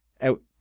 out